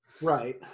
right